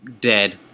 Dead